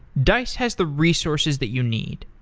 dice has the resources that you need.